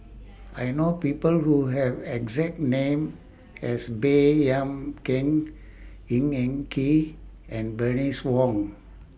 I know People Who Have exact name as Baey Yam Keng Ng Eng Kee and Bernice Wong